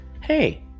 Hey